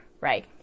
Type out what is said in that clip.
right